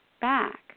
back